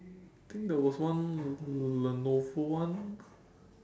think there was one Lenovo one